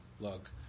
Look